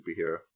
superhero